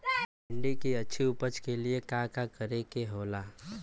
भिंडी की अच्छी उपज के लिए का का करे के होला?